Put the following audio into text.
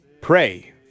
pray